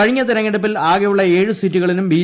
കഴിഞ്ഞ തിരഞ്ഞെടുപ്പിൽ ആകെയുള്ള ഏഴു സീറ്റുകളിലും ബി